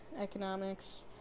economics